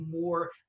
more